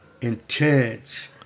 intense